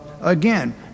Again